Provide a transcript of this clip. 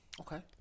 Okay